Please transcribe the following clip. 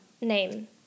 name